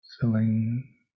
filling